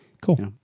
Cool